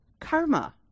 karma